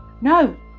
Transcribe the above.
no